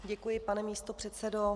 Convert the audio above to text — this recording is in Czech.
Děkuji, pane místopředsedo.